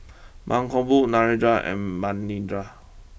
Mankombu Narendra and Manindra